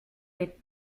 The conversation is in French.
les